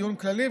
דיון כללי,